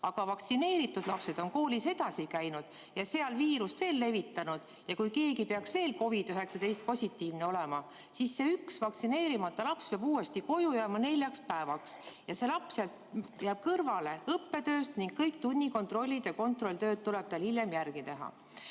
aga vaktsineeritud lapsed on koolis edasi käinud ja seal viirust veel levitanud ja kui keegi peaks veel COVID‑19-positiivne olema, siis see üks vaktsineerimata laps peab uuesti koju jääma neljaks päevaks. See laps jääb kõrvale õppetööst ning kõik tunnikontrollid ja kontrolltööd tuleb tal hiljem järgi teha.